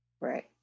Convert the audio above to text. right